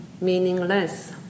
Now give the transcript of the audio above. meaningless